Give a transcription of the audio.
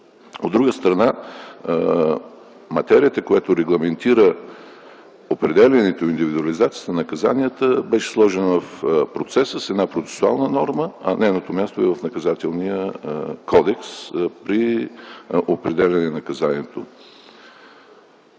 От друга страна, материята, която регламентира определянето, индивидуализацията на наказанията, беше сложена в процеса с една процесуална норма, а нейното място е в Наказателния кодекс при определяне на наказанието,